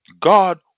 God